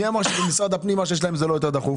מי אמר שמה שיש להם במשרד הפנים זה לא יותר דחוף?